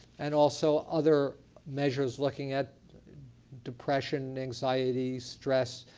and also other measures looking at depression, anxiety, stress,